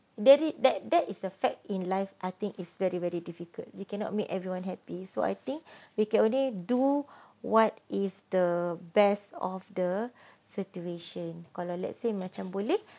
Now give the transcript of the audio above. then that that is the fact in life I think it's very very difficult you cannot make everyone happy so I think we can only do what is the best of the situation kalau let's say macam boleh